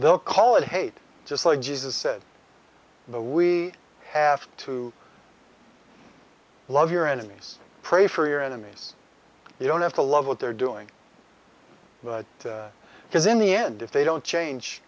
they'll call it hate just like jesus said we have to love your enemies pray for your enemies you don't have to love what they're doing because in the end if they don't